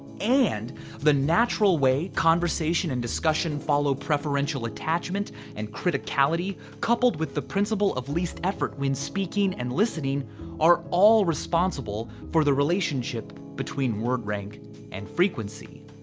and the natural way conversation and discussion follow preferential attachment and criticality, coupled with the principle of least effort when speaking and listening are all responsible responsible for the relationship between word rank and frequency.